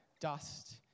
dust